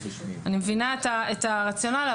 אני מבינה את הרציונל,